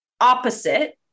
opposite